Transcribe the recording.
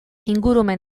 ingurumen